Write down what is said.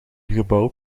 gebouw